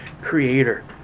Creator